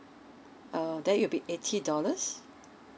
err then it iwll be eighty dollars